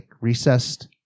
recessed